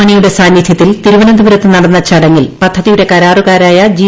മണിയുടെ സാന്നിധ്യത്തിൽ തിരുവനന്തപുരത്ത് നടന്ന ചടങ്ങിൽ പദ്ധതിയുടെ കരാറുകാരായ ജി